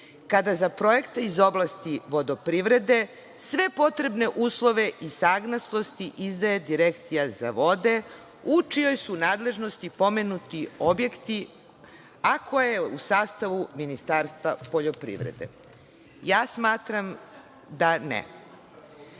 Kada za projekte iz oblasti vodoprivrede sve potrebne uslove i saglasnosti izdaje Direkcija za vode, u čijoj su nadležnosti pomenuti objekti, ako je u sastavu Ministarstva poljoprivrede? Ja smatram da